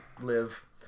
Live